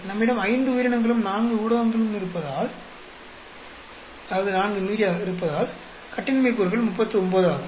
நம்மிடம் ஐந்து உயிரினங்களும் நான்கு ஊடகங்களும் இருப்பதால் கட்டின்மை கூறுகள் 39 ஆகும்